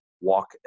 walk